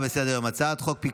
אם כך,